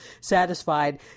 satisfied